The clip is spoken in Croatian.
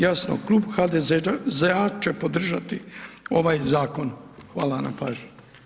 Jasno, Klub HDZ-a će podržati ovaj zakon, hvala na pažnji.